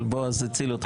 אבל בועז הציל אתכם.